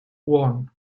worn